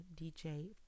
DJ